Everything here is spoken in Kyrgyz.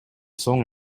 соң